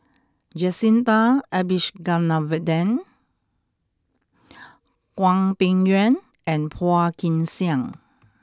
Jacintha Abisheganaden Hwang Peng Yuan and Phua Kin Siang